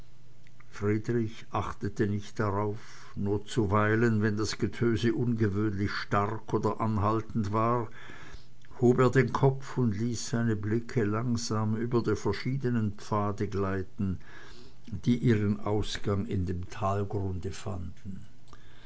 friedrich achtete nicht darauf nur zuweilen wenn das getöse ungewöhnlich stark oder anhaltend war hob er den kopf und ließ seine blicke langsam über die verschiedenen pfade gleiten die ihren ausgang in dem talgrunde fanden